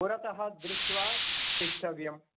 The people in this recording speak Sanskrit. पुरतः दृष्ट्वा तिष्टव्यं